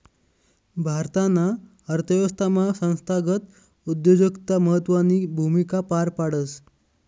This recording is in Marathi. भारताना अर्थव्यवस्थामा संस्थागत उद्योजकता महत्वनी भूमिका पार पाडस